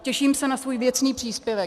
Těším se na svůj věcný příspěvek.